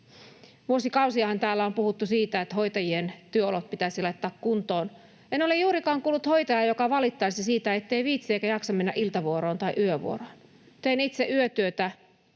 Vuosikausiahan täällä on puhuttu siitä, että hoitajien työolot pitäisi laittaa kuntoon. En ole juurikaan kuullut hoitajia, jotka valittaisivat siitä, ettei viitsi eikä jaksa mennä iltavuoroon tai yövuoroon. Tein itse yötyötä